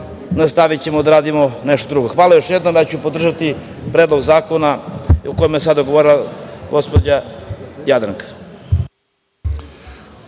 nastavićemo da radimo nešto drugo. Hvala još jednom. Ja ću podržati Predlog zakona o kome je govorila gospođa Jadranka.